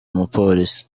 umupolisi